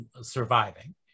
surviving